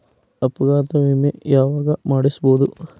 ಅಪಘಾತ ವಿಮೆ ಯಾವಗ ಮಾಡಿಸ್ಬೊದು?